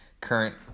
current